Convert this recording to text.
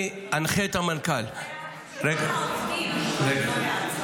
אני אנחה את המנכ"ל --- אבל זה על חשבון העובדים,